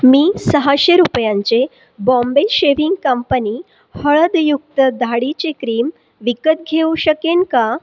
मी सहाशे रुपयांचे Bombay shaving company हळदयुक्त दाढीचे क्रीम विकत घेऊ शकेन का